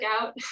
out